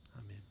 Amen